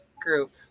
group